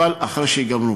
אבל אחרי שיגמרו.